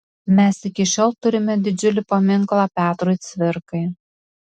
mes iki šiol turime didžiulį paminklą petrui cvirkai